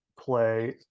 play